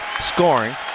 scoring